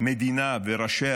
מדינה וראשיה